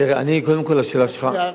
תראה, אני, קודם כול, השאלה שלך, שנייה.